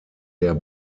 der